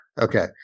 okay